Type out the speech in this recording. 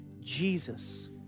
Jesus